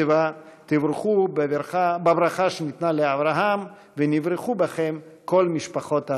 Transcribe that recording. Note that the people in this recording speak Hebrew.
תבורכו בברכה שניתנה לאברהם: ונברכו בכם כל משפחות האדמה.